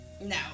No